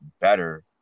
better